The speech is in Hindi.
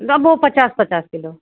तब वो पचास पचास किलो